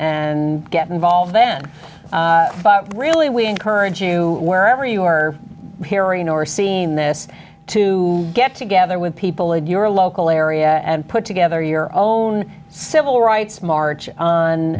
get involved then really we encourage you wherever you are hearing or seeing this to get together with people in your local area and put together your own civil rights march on